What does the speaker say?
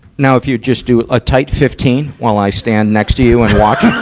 now if you just do a tight fifteen while i stand next to you and watch.